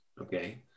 Okay